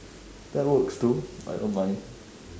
that works too I don't mind